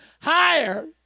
higher